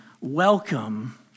Welcome